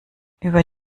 über